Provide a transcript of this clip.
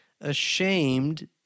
ashamed